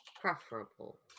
preferable